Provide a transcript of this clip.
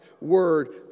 word